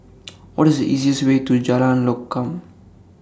What IS The easiest Way to Jalan Lokam